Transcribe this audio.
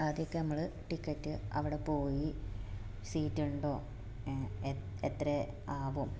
ആദ്യം ഒക്കെ നമ്മൾ ടിക്കറ്റ് അവിടെ പോയി സീറ്റ് ഉണ്ടോ എ എത്ര ആവും